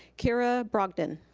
kira brogden.